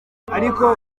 ariko